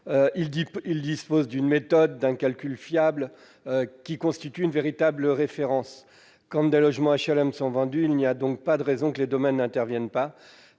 Il dispose d'une méthode de calcul fiable, qui constitue une véritable référence. Quand des logements HLM sont vendus, il n'y a donc pas de raison que les domaines n'interviennent pas,